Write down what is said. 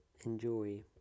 Enjoy